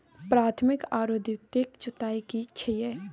प्राथमिक आरो द्वितीयक जुताई की छिये?